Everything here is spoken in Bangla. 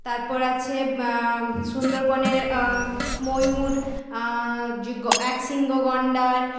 তারপর আছে সুন্দরবনের ময়ূর এক শৃঙ্গ গণ্ডার